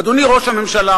אדוני ראש הממשלה,